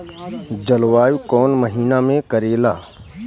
जलवायु कौन महीना में करेला?